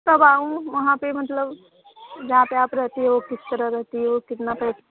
कब आऊँ वहाँ पर मतलब जहाँ पर आप रहती हो किस तरह रहती हो कितना पैसा